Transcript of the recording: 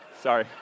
sorry